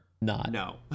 No